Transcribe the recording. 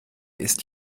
ist